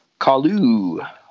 Kalu